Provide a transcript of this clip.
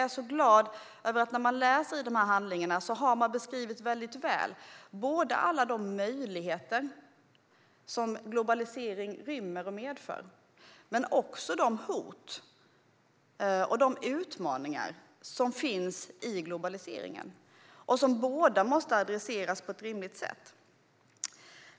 I dessa handlingar har man väldigt väl beskrivit alla de möjligheter som globalisering rymmer och medför. Man har också beskrivit de hot och de utmaningar som finns inom globaliseringen och som måste adresseras på ett rimligt sätt.